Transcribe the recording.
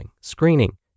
screening